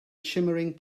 shimmering